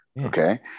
okay